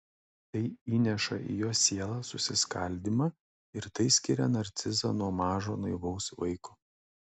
tai įneša į jo sielą susiskaldymą ir tai skiria narcizą nuo mažo naivaus vaiko